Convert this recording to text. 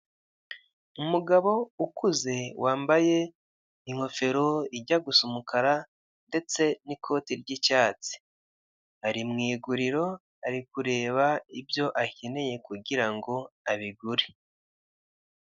Umugabo ukuze wambaye ingofero ijya gusa umukara ndetse n'ikoti ry'icyatsi ari mu iguriro ari kureba ibyo akeneye kugira ngo abigure.